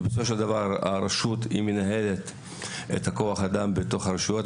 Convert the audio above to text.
כי בסופו של דבר הרשות מנהלת את כוח האדם בתוך הרשויות,